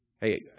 Hey